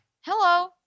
Hello